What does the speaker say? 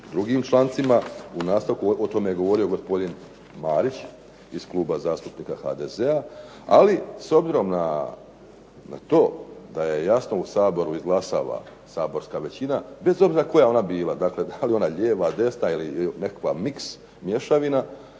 drugim člancima, u nastavku o tome je govorio gospodin Marić, iz Kluba zastupnika HDZ-a, ali s obzirom na to da je jasno u Saboru izglasava saborska većina, bez obzira kakva ona bila da li lijeva desna, ili nekakav miks mješavina,